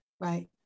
right